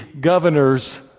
governor's